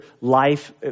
life